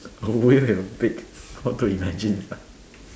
a whale with a beak how to imagine sia